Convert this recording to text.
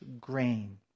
grain